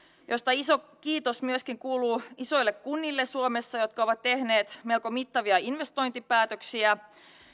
josta iso kiitos myöskin kuuluu isoille kunnille suomessa jotka ovat tehneet melko mittavia investointipäätöksiä